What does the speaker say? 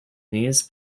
these